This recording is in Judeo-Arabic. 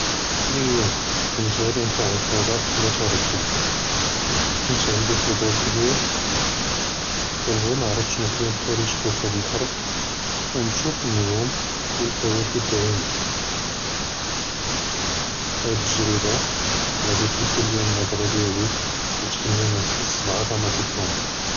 אִיה כְּנִת גַ'אִי נְטְלַע לֶלְפֶצַאע בְּלָא תְּרַדְּד, חִיַת עַנְדִי פְּצּוּל כְּבִּיר כַּאנְבְּחִי נְעַרֶף אֶשְׁנוּ כַּאִין חַאגִ'ר כּוּכַּב אֶלְאַרְד וְנְשּׁוּף אֶנְנְּגּוּם וְאֶלְכַּוָּاكַּב בְּעֵינַי, הַאד תַּגְרִיבָה גַּדִי תִּבְּדֶל לִיַא אֶלְנַظְרָה דִּיַאלִי וְתְּחַכְּלִינִי נְחַס בְּعְדַמַּת אֶלְקוּן.